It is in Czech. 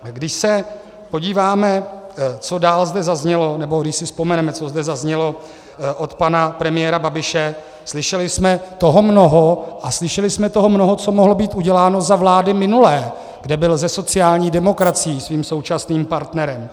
Když se podíváme, co dál zde zaznělo, nebo když si vzpomeneme, co zde zaznělo od pana premiéra Babiše, slyšeli jsme toho mnoho, a slyšeli jsme toho mnoho, co mohlo být uděláno za vlády minulé, kde byl se sociální demokracií, svým současným partnerem.